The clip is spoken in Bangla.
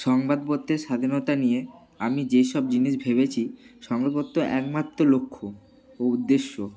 সংবাদপত্রের স্বাধীনতা নিয়ে আমি যেই সব জিনিস ভেবেছি সংবাদপত্র একমাত্র লক্ষ্য ও উদ্দেশ্য